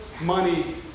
money